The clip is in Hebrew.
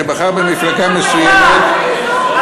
שבחר במפלגה מסוימת לכנסת,